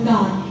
God